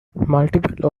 multiple